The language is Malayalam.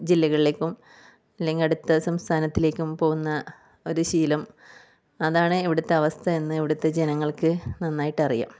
ജില്ലകളിലേക്കും അല്ലെങ്കിൽ അടുത്ത സംസ്ഥനത്തിലേക്കും പോകുന്ന ഒരു ശീലം അതാണ് ഇവിടുത്തെ അവസ്ഥ എന്ന് ഇവിടുത്തെ ജനങ്ങൾക്ക് നന്നായിട്ട് അറിയാം